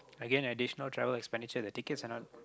again additional travel expenditure the tickets are not